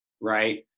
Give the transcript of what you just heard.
right